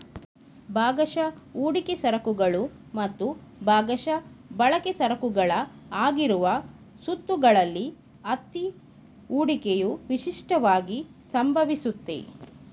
ಭಾಗಶಃ ಹೂಡಿಕೆ ಸರಕುಗಳು ಮತ್ತು ಭಾಗಶಃ ಬಳಕೆ ಸರಕುಗಳ ಆಗಿರುವ ಸುತ್ತುಗಳಲ್ಲಿ ಅತ್ತಿ ಹೂಡಿಕೆಯು ವಿಶಿಷ್ಟವಾಗಿ ಸಂಭವಿಸುತ್ತೆ